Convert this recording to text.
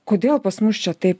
kodėl pas mus čia taip